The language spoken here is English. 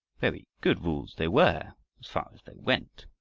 very good rules they were far as they went,